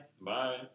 bye